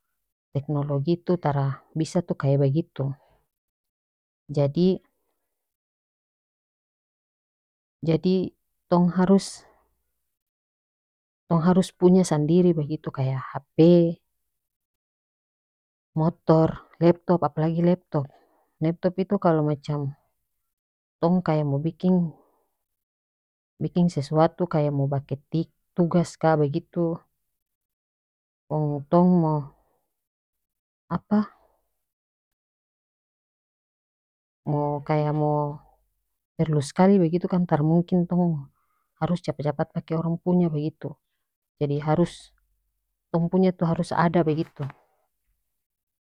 Teknologi tu tara bisa tu kaya bagitu jadi jadi tong harus tong harus punya sandiri bagitu kaya hp motor leptop apalagi leptop leptop itu kalo macam tong kaya mo biking biking sesuatu kaya mo baketik tugas ka bagitu kong tong mo apa mo kaya mo perlu skali begitu kan tara mungkin tong mo harus capat capat pake orang punya bagitu jadi harus tong punya tu harus ada bagitu.